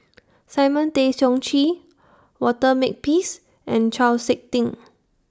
Simon Tay Seong Chee Walter Makepeace and Chau Sik Ting